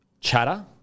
chatter